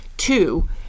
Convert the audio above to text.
Two